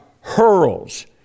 hurls